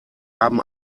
haben